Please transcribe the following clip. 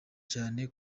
cyane